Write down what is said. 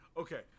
Okay